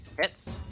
Hits